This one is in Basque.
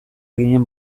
ginen